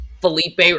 Felipe